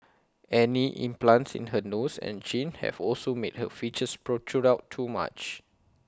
any implants in her nose and chin have also made her features protrude out too much